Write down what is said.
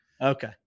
Okay